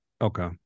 Okay